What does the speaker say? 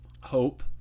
hope